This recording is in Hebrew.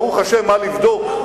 ברוך השם מה לבדוק,